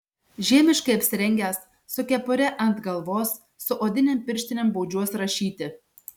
žiemiškai apsirengęs su kepure ant galvos su odinėm pirštinėm baudžiuos rašyti